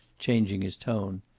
changing his tone.